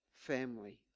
family